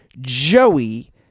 Joey